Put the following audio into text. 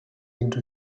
into